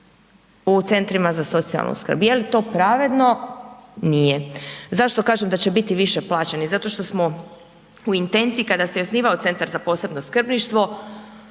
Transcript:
u centrima za socijalnu skrb. Jeli to pravedno? Nije. Zašto kažem da će biti više plaćeni? Zato što smo u intenciji kada se je osnivao Centar za posebno skrbništvo